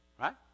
Right